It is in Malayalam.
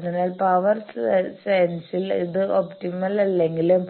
അതിനാൽ പവർ സെൻസിൽ ഇത് ഒപ്റ്റിമൽ അല്ലെങ്കിലും